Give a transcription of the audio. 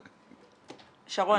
שרונה,